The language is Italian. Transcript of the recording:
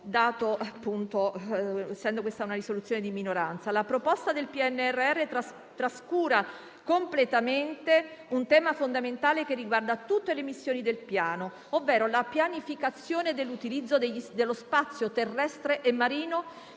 La proposta del PNRR trascura completamente un tema fondamentale che riguarda tutte le missioni del Piano, ovvero la pianificazione dell'utilizzo dello spazio terrestre e marino